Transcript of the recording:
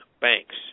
banks